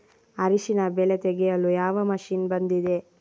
ಅರಿಶಿನ ಬೆಳೆ ತೆಗೆಯಲು ಯಾವ ಮಷೀನ್ ಬಂದಿದೆ?